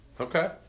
Okay